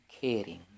caring